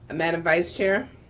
madam vice chair.